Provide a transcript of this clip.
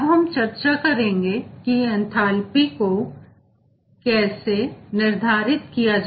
हम चर्चा करेंगे कि एंथेल्पी को कैसे निर्धारित किया जाए